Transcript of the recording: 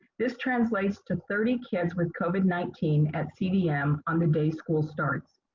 this translates to thirty kids with covid nineteen at cdm on the day school starts.